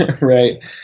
Right